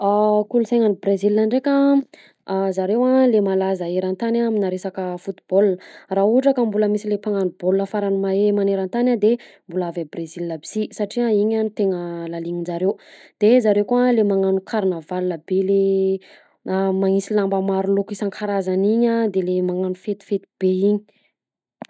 Kolonsaina any Brezil ndreka a zareo a le malaza eran-tany a amina resaka foot-ball raha ohatra ka mbola misy le mpagnano baolina farany mahay manerantany a de mbola avy Brezil aby si satria iny tena halalininjareo de zareo koa le manano karnaval be le a magnisy lamba maro loko isankarazany iny a de le magnano fetifety be iny.